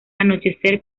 anochecer